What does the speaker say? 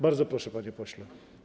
Bardzo proszę, panie pośle.